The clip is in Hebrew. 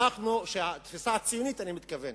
התפיסה הציונית, אני מתכוון,